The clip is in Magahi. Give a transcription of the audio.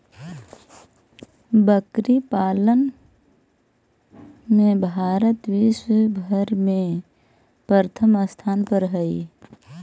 बकरी पालन में भारत विश्व भर में प्रथम स्थान पर हई